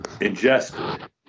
ingested